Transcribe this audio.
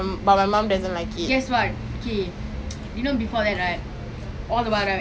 எனக்கு: enakku err எனக்கு:enakku america லே:ley live பண்ண மாதிரி இருந்துச்சு:panna maathiri irunthuchu lah